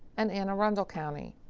and anne arundel county.